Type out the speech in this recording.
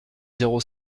zéro